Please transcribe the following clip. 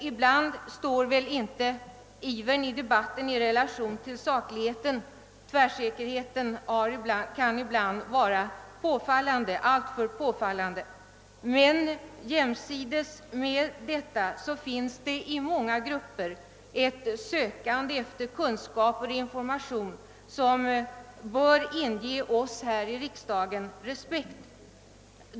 Ibland står väl inte ivern i debatten i relation till sakligheten — tvärsäkerheten kan ibland vara alltför påfallande — men jämsides med detta förekommer inom många grupper ett sökande efter kunskap och information som bör inge oss här i riksdagen respekt.